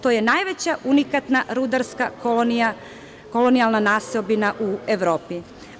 To je najveća unikatna rudarska kolonijalna naseobina u Evropi.